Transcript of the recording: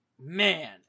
man